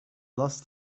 last